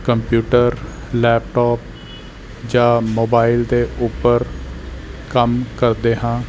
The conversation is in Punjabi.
ਕੰਪਿਊਟਰ ਲੈਪਟੋਪ ਜਾਂ ਮੋਬਾਈਲ ਦੇ ਉੱਪਰ ਕੰਮ ਕਰਦੇ ਹਾਂ